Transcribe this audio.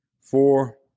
four